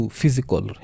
physical